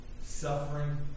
suffering